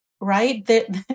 right